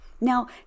Now